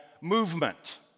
movement